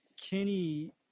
Kenny